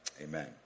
Amen